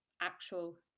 actual